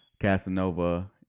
Casanova